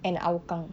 and hougang